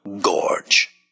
Gorge